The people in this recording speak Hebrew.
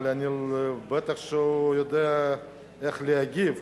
אבל בטח הוא יודע איך להגיב.